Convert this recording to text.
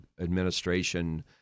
administration